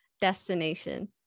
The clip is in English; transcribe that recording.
destination